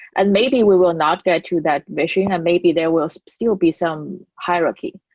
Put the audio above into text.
and maybe we will not get you that machine and maybe there will still be some hierarchy.